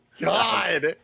God